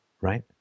right